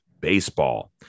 baseball